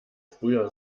früher